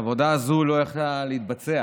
העבודה הזו לא יכלה להתבצע